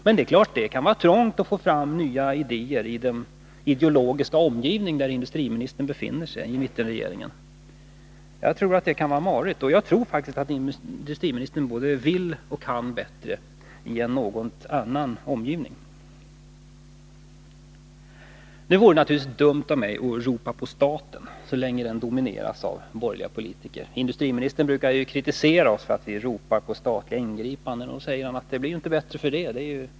Men det är klart att det kan vara trångt att få fram några nya idéer i den ideologiska omgivning som han befinner sig, dvs. i mittenregeringen. Det kan nog vara marigt. Jag tror att industriministern både vill och kan bättre — i en annan omgivning. Det vore naturligtvis dumt av mig att ropa på staten, så länge den domineras av borgerliga politiker. Industriministern brukar ju kritisera oss för att vi ropar på statliga ingripanden. Han säger att det inte blir bättre för det.